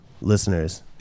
Listeners